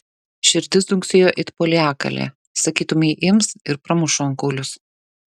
širdis dunksėjo it poliakalė sakytumei ims ir pramuš šonkaulius